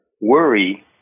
worry